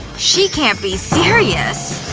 she can't be serious.